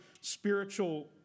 spiritual